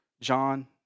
John